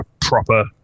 proper